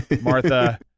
Martha